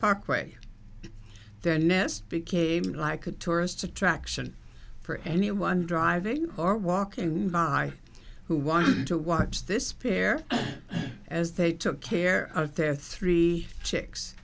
parkway the nest became like a tourist attraction for anyone driving or walking by who wanted to watch this pair as they took care of their three chicks